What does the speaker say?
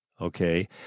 Okay